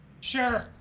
Sure